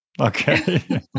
Okay